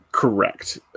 Correct